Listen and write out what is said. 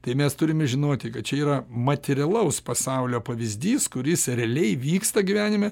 tai mes turime žinoti kad čia yra materialaus pasaulio pavyzdys kuris realiai vyksta gyvenime